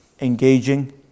engaging